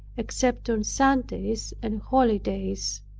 except on sundays and holidays.